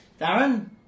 Darren